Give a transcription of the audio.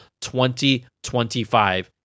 2025